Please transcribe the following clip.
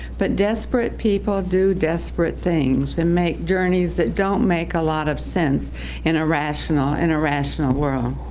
but desperate people do desperate things and make journeys that don't make a lot of sense in a rational and irrational world.